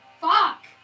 Fuck